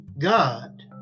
God